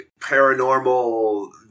paranormal